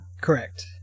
Correct